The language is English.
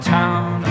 town